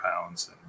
pounds